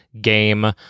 game